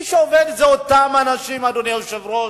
מי שעובד זה אותם אנשים, אדוני היושב-ראש,